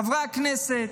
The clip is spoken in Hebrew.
חברי הכנסת,